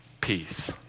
peace